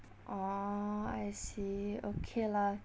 orh I see okay lah